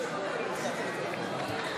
נמנעת.